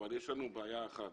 אבל יש לנו בעיה אחת.